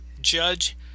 judge